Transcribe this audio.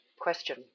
question